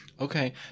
Okay